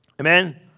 Amen